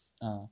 ah